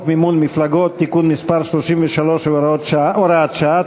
מימון מפלגות (תיקון מס' 33 והוראת שעה),